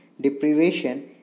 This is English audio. deprivation